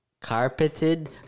carpeted